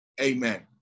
amen